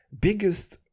biggest